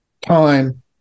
time